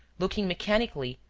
looking mechanically,